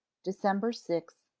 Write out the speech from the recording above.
december six,